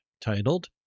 titled